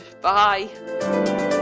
bye